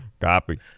Copy